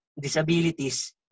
disabilities